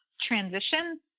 transition